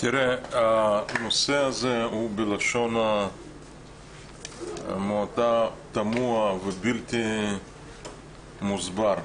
הנושא הזה הוא בלשון המעטה תמוה ובלתי מוסבר.